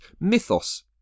Mythos